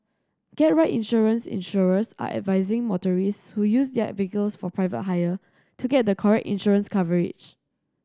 get right insurance Insurers are advising motorists who use their vehicles for private hire to get the correct insurance coverage